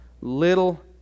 little